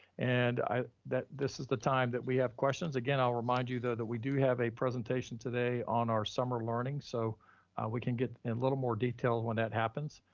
and that this is the time that we have questions again, i'll remind you though that we do have a presentation today on our summer learning. so we can get and a little more detailed when that happens.